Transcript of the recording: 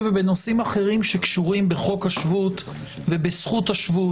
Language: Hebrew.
ובנושאים אחרים שקשורים בחוק השבות ובזכות השבות